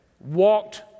walked